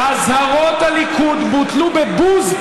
אזהרות הליכוד בוטלו בבוז,